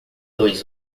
dois